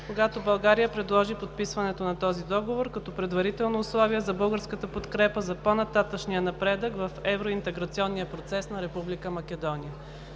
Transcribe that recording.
когато България предложи подписването на този договор като предварително условие за българската подкрепа за по-нататъшния напредък в евроинтеграционния процес на Република Македония.